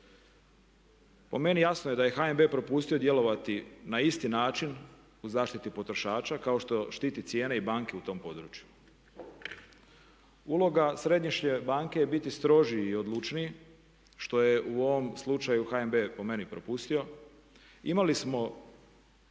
Po meni jasno je da je HNB propustio djelovati na isti način u zaštiti potrošača kao što štiti cijene i banke u tom području. Uloga središnje banke je biti strožiji i odlučniji što je u ovom slučaju HNB po meni propustio. Imali smo